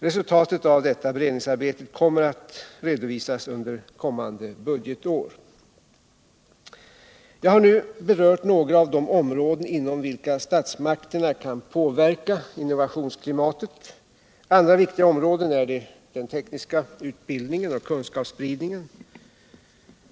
Resultatet av detta beredningsarbete kommer att redovisas under kommande budgetår. Jag har nu berört några av de områden inom vilka statsmakterna kan påverka innovationsklimatet. Andra viktiga områden är den tekniska utbildningen och kunskapsspridningen.